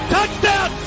Touchdown